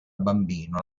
bambino